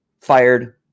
fired